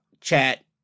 chat